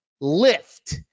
lift